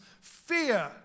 Fear